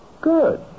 Good